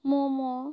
momo